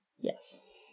Yes